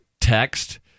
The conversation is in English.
text